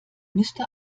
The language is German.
müsste